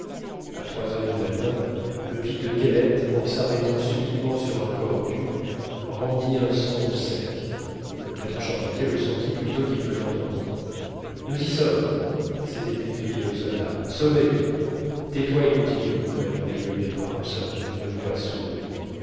à trois heures du matin le pic de kellet en s'arrêtant subitement sur un corps dur rendit un son sec le maître charpentier le sentit plutôt qu'il ne l'entendit nous y sommes s'était écrié le soldat sauvés tais-toi et continue répondit le lieutenant hobson d'une voix sourde